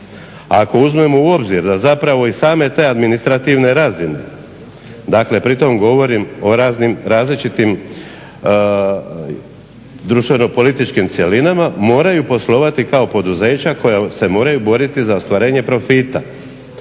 Ako uzmemo u obzir da zapravo i same te administrativne razine, dakle pritom govorim o raznim različitim društveno političkim cjelinama, moraju poslovati kao poduzeća koja se moraju boriti za ostvarenje profita.